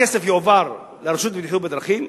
הכסף יועבר לרשות לבטיחות בדרכים,